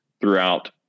throughout